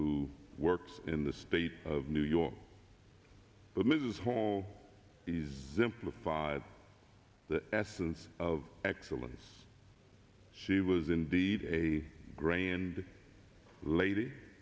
who works in the state of new york but mrs hall is simplified the essence of excellence she was indeed a grey and lady